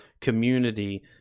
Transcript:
community